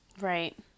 Right